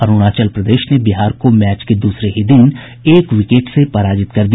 अरूणाचल प्रदेश ने बिहार को मैच के दूसरे ही दिन एक विकेट से पराजित कर दिया